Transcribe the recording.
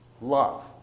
love